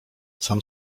sam